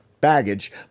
baggage